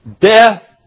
Death